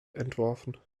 entworfen